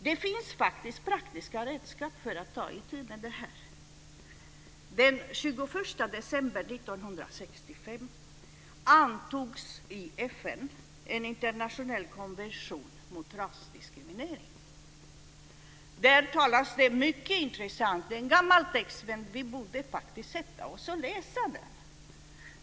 Det finns faktiskt praktiska redskap för att ta itu med det här. Den 21 december 1965 antogs i FN en internationell konvention mot rasdiskriminering. Det är en gammal text, men vi borde faktiskt sätta oss och läsa den.